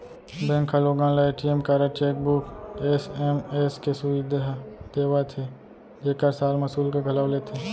bank ह लोगन ल ए.टी.एम कारड, चेकबूक, एस.एम.एस के सुबिधा देवत हे जेकर साल म सुल्क घलौ लेथे